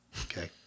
Okay